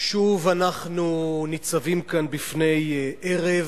שוב אנחנו ניצבים כאן בפני ערב